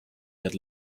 that